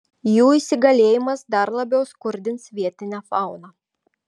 jų įsigalėjimas dar labiau skurdins vietinę fauną